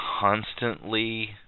constantly